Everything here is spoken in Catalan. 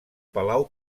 palau